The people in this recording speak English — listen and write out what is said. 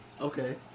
Okay